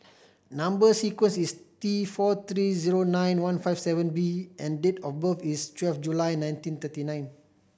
number sequence is T four three zero nine one five seven B and date of birth is twelve July nineteen thirty nine